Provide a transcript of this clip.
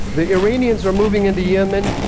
the iranians are moving into yemen?